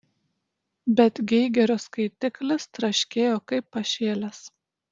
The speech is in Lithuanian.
bet geigerio skaitiklis traškėjo kaip pašėlęs